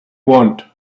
want